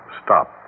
stop